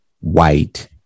white